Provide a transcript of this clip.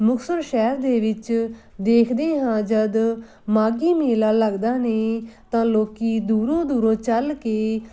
ਮੁਕਤਸਰ ਸ਼ਹਿਰ ਦੇ ਵਿੱਚ ਦੇਖਦੇ ਹਾਂ ਜਦ ਮਾਘੀ ਮੇਲਾ ਲੱਗਦਾ ਨੇ ਤਾਂ ਲੋਕੀ ਦੂਰੋਂ ਦੂਰੋਂ ਚੱਲ ਕੇ